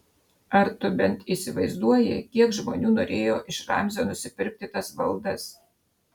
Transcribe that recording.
ar tu bent įsivaizduoji kiek žmonių norėjo iš ramzio nusipirkti tas valdas